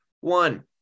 One